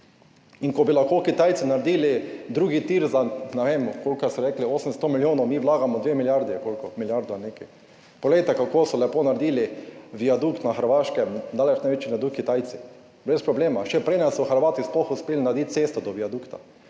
In ko bi lahko Kitajci naredili drugi tir za, ne vem, koliko so rekli, 800 milijonov, mi vlagamo dve milijardi ali koliko, milijardo in nekaj. Poglejte, kako so lepo naredili viadukt na Hrvaškem, daleč največji viadukt Kitajci, brez problema, še preden so Hrvati sploh uspeli narediti cesto do viadukta.